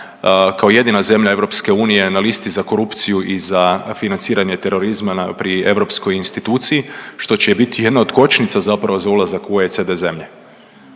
kao jedina zemlja EU na listi za korupciju i za financiranje terorizma pri europskoj instituciji, što će biti i jedna od kočnica zapravo za ulazak u OECD zemlje,